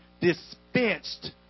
dispensed